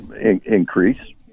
increase